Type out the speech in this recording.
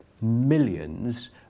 millions